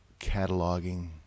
cataloging